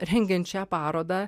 rengiant šią parodą